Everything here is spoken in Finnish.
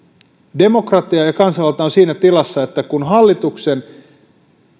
demokratia ja kansanvalta on siinä tilassa että kun hallituksen